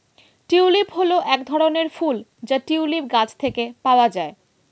tulip হল এক ধরনের ফুল যা টিউলিপ গাছ থেকে পাওয়া যায়